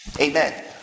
Amen